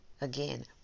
again